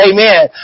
Amen